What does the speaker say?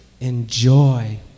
enjoy